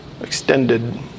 extended